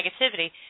negativity